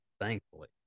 thankfully